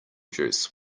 juice